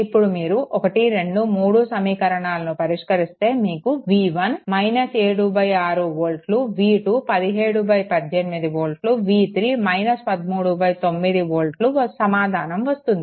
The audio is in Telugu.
ఇప్పుడు మీరు ఈ 1 2 3 సమీకరణాలను పరిష్కరిస్తే మీకు v1 7 6 వోల్ట్లు v2 17 18 వోల్ట్లు v3 13 9 వోల్ట్లు సమాధానం వస్తుంది